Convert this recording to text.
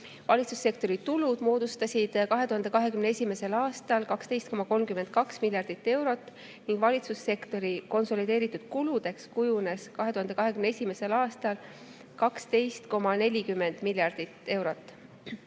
Valitsussektori tulud moodustasid 2021. aastal 12,32 miljardit eurot ning valitsussektori konsolideeritud kuludeks kujunes 2021. aastal 12,40 miljardit eurot.